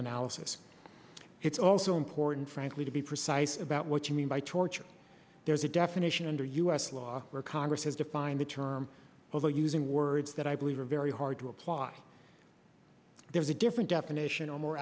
analysis it's also important frankly to be precise about what you mean by torture there's a definition under u s law where congress has defined the term although using words that i believe are very hard to apply there's a different definition or more